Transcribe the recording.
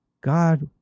God